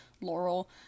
Laurel